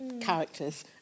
characters